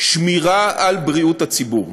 שמירה על בריאות הציבור.